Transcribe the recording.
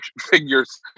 figures